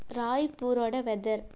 ராய்ப்பூரோட weather